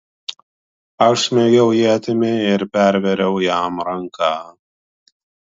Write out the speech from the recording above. aš smeigiau ietimi ir pervėriau jam ranką